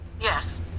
Yes